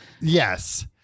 Yes